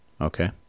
Okay